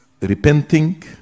repenting